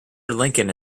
lincoln